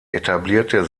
etablierte